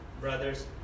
brothers